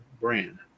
brand